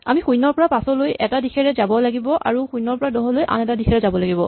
আমি ০ ৰ পৰা ৫ লৈ এটা দিশেৰে যাব লাগিব আৰু ০ ৰ পৰা ১০ লৈ আন এটা দিশেৰে যাব লাগিব